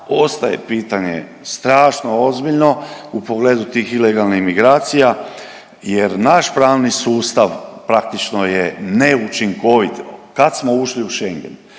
ostaje pitanje strašno ozbiljno u pogledu tih ilegalnih migracija jer naš pravni sustav praktično je neučinkovit kad smo ušli u Schengen,